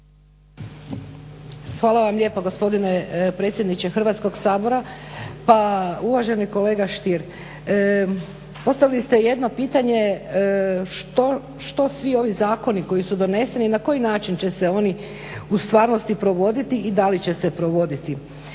Hvala vam lijepa gospodine predsjedniče Hrvatskog sabora. Pa uvaženi kolega Stier postavili ste jedno pitanje što svi ovi zakoni koji su doneseni i na koji način će se oni u stvarnosti provoditi i da li će se provoditi?